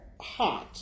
heart